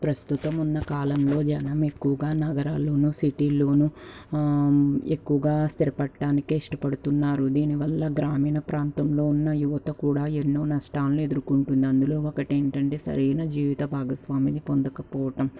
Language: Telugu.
ప్రస్తుతం ఉన్న కాలంలో జనం ఎక్కువగా నగరాల్లోనూ సిటీల్లోనూ ఎక్కువగా స్థిరపడడానికే ఇష్టపడుతున్నారు దీనివల్ల గ్రామీణ ప్రాంతంలో ఉన్న యువత కూడా ఎన్నో నష్టాలని ఎదుర్కొంటుంది అందులో ఒకటేంటంటే సరైన జీవిత భాగస్వామిని పొందకపోవటం